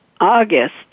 August